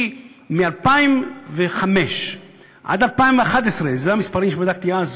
כי מ-2005 עד 2011, ואלה המספרים שבדקתי אז,